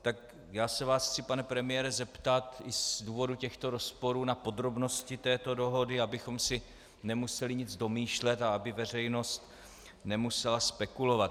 Tak já se vás chci, pane premiére, zeptat i z důvodu těchto rozporů na podrobnosti této dohody, abychom si nemuseli nic domýšlet a aby veřejnost nemusela spekulovat.